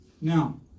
Now